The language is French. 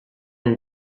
une